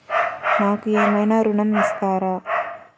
నాకు ఏమైనా ఋణం ఇస్తారా?